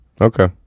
Okay